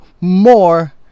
more